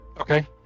Okay